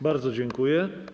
Bardzo dziękuję.